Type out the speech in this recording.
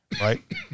right